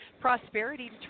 prosperity